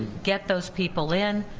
get those people in,